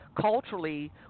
culturally